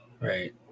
Right